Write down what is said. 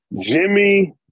Jimmy